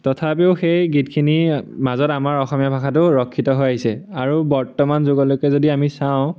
তথাপিও সেই গীতখিনি মাজত আমাৰ অসমীয়া ভাষাটো ৰক্ষিত হৈ আহিছে আৰু বৰ্তমান যুগলৈকে যদি আমি চাওঁ